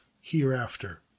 hereafter